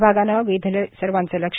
विभागानं वेधले सर्वांचे लक्ष